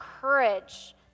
courage